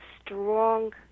strong